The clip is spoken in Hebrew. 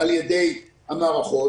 על ידי המערכות.